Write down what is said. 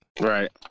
Right